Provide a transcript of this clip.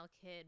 kid